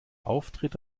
auftritt